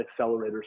accelerators